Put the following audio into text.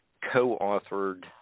co-authored